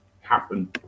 happen